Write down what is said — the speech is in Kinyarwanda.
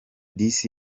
this